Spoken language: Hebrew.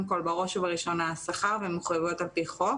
כל בראש ובראשונה שכר ומחויבויות על פי חוק,